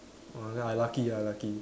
uh then I lucky ah lucky